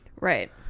Right